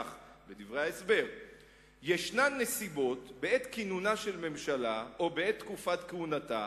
בדברי ההסבר: ישנן נסיבות בעת כינונה של ממשלה או בעת תקופת כהונתה